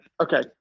Okay